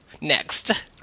Next